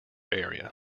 area